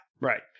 right